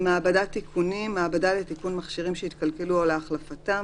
"מעבדת תיקונים" מעבדה לתיקון מכשירים שהתקלקלו או להחלפתם,